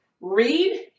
read